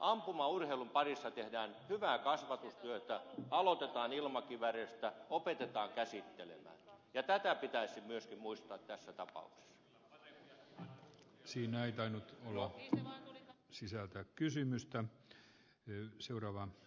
ampumaurheilun parissa tehdään hyvää kasvatustyötä aloitetaan ilmakivääreistä opetetaan käsittelemään asetta ja tämä pitäisi myöskin muistaa tässä tapauksessa siinä ei tainnut kulua enemmän sisältöä kysymystä eyn seuraava